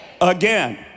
again